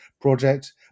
project